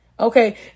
Okay